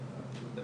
מה שאני